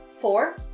Four